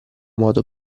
modo